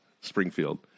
Springfield